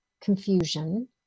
confusion